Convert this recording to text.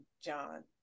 John